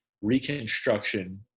reconstruction